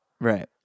Right